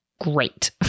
great